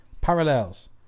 parallels